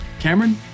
Cameron